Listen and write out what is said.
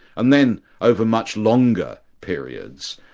and then over much longer periods,